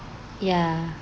ya